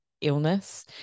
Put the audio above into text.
illness